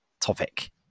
topic